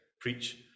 preach